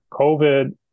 COVID